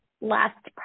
last